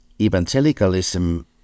evangelicalism